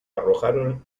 arrojaron